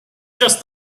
just